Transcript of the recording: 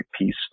piece